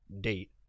date